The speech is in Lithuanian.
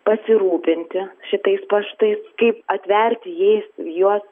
pasirūpinti šitais paštais kaip atverti jais juos